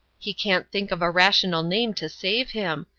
he can't think of a rational name to save him,